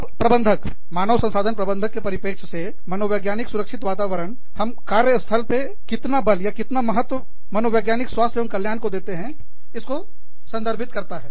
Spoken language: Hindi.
अब प्रबंधक मानव संसाधन प्रबंधक के परिप्रेक्ष्य से मनोवैज्ञानिक सुरक्षित वातावरण हम कार्य स्थल पर कितना बल या कितना महत्व मनोवैज्ञानिक स्वास्थ्य और कल्याण को देते हैं उसको संदर्भित करता है